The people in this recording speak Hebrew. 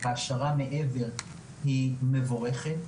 העשרה מעבר היא מבורכת,